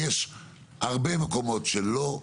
יש הרבה מקומות שלא נבדקו,